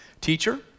Teacher